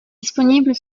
disponible